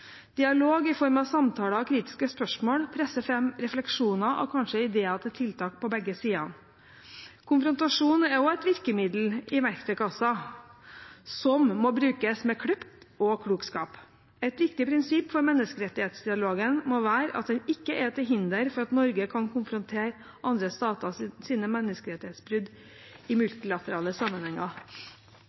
Dialog i form av samtaler og kritiske spørsmål presser frem refleksjoner og kanskje ideer til tiltak på begge sider. Konfrontasjon er også et virkemiddel i verktøykassen, som må brukes med kløkt og klokskap. Et viktig prinsipp for menneskerettighetsdialogen må være at den ikke er til hinder for at Norge kan konfrontere andre staters menneskerettighetsbrudd i multilaterale sammenhenger.